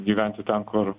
gyventi ten kur